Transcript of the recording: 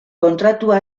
kontratua